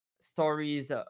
stories